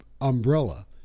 umbrella